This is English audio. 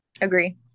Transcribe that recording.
agree